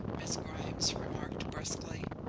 miss grimes remarked brusquely.